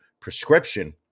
prescription